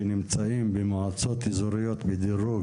שנמצאים במועצות אזוריות בדירוג